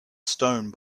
stone